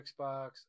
xbox